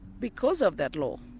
because of that law.